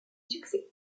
succès